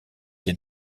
des